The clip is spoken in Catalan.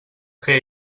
fer